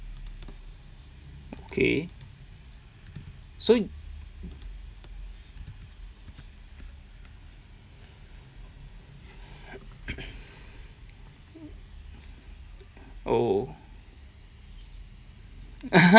okay so oh